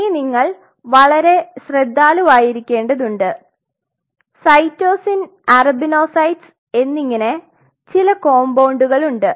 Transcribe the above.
ഇനി നിങ്ങൾ വളരെ ശ്രെദാലുവായിരിക്കേണ്ടതുണ്ട് സൈറ്റോസിൻ അറബിനോസൈറ്റ്സ് എന്നിങ്ങനെ ചില കോമ്പൌണ്ടുകളുണ്ട്